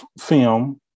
film